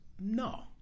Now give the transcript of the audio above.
No